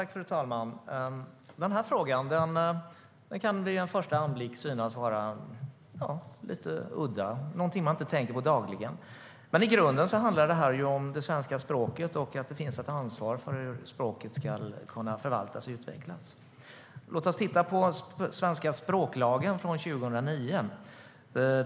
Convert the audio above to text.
Fru talman! Den här frågan kan vid en första anblick synas vara lite udda och något man inte tänker på dagligen, men i grunden handlar det ju om det svenska språket och att det finns ett ansvar för hur språket ska kunna förvaltas och utvecklas. Låt oss titta på den svenska språklagen från 2009.